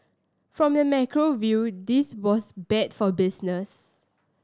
from the macro view this was bad for business